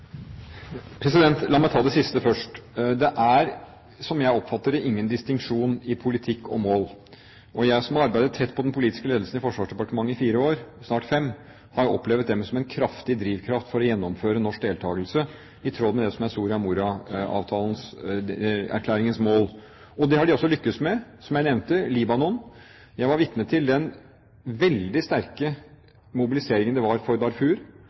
ingen distinksjon i politikk og mål. Jeg, som har arbeidet tett med den politiske ledelsen i Forsvarsdepartementet i fire år, snart fem, har opplevd dem som en kraftig drivkraft for å gjennomføre norsk deltakelse i tråd med det som er Soria Moria-erklæringens mål. Det har de også lyktes med – som jeg nevnte, Libanon. Jeg var vitne til den veldig sterke mobiliseringen som var for Darfur